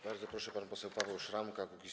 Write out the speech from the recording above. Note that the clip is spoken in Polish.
Bardzo proszę, pan poseł Paweł Szramka, Kukiz’15.